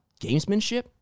Gamesmanship